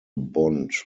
bond